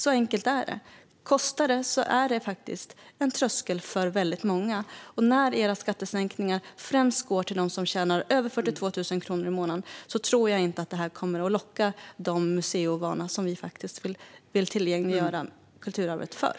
Så enkelt är det; att det kostar är en tröskel för väldigt många. När era skattesänkningar främst går till dem som tjänar över 42 000 kronor i månaden tror jag inte att detta kommer att locka de museiovana som vi faktiskt vill tillgängliggöra kulturarvet för.